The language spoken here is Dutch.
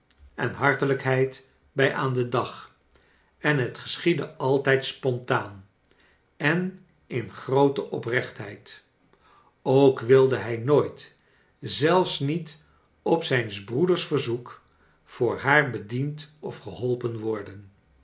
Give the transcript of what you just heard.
en hartelijkheid bg aan den dag en het geschiedde altijd spontaan en in groote oprechtheid ook wilde hij nooit zelfs niet op zijns brooders verzoek voor haar bediend of geholpen worden